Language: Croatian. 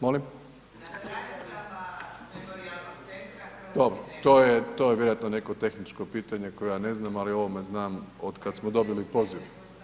Molim? … [[Upadica: Ne razumije se.]] Dobro, to je vjerojatno neko tehničko pitanje koje ja ne znam, ali o ovome znam od kad smo dobili poziv.